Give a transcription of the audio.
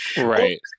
Right